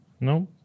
No